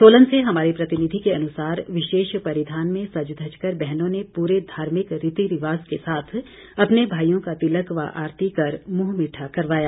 सोलन से हमारे प्रतिनिधि के अनुसार विशेष परिधान में सज धज कर बहनों ने पूरे धार्मिक रीति रिवाज के साथ अपने भाईयों का तिलक व आरती कर मुंह मीठा करवाया